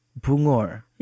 Bungor